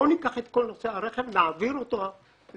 אז ניקח את כל נושא הרכב ונעביר אותו ליצרנים